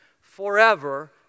forever